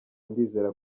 ndizera